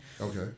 Okay